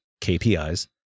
KPIs